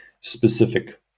specific